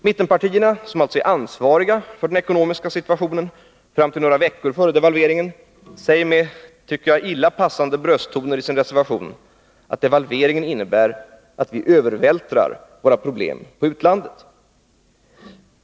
Mittenpartierna, som är ansvariga för den ekonomiska situationen fram till några veckor före devalveringen, säger med illa passande brösttoner i sin reservation att devalveringen innebär att vi övervältrar våra problem på utlandet.